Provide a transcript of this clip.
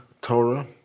Torah